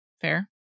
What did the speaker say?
Fair